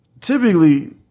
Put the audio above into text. typically